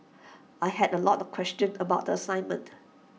I had A lot of questions about the assignment